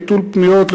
נטול פניות,